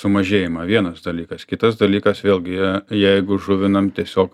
sumažėjimą vienas dalykas kitas dalykas vėlgi je jeigu žuvinam tiesiog